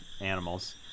animals